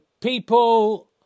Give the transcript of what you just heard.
people